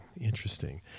Interesting